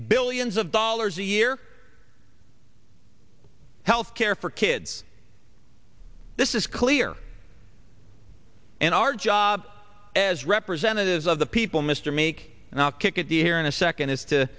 billions of dollars a year health care for kids this is clear and our job as representatives of the people mr meek and i'll kick at the here in a second is to